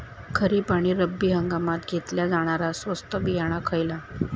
खरीप आणि रब्बी हंगामात घेतला जाणारा स्वस्त बियाणा खयला?